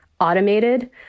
automated